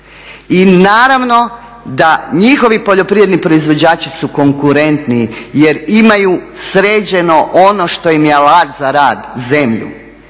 i naravno da njihovi poljoprivredni proizvođači su konkurentniji jer imaju sređeno ono što im je alat za rad – zemlju.